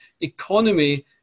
economy